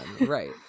Right